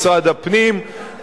משרד הפנים,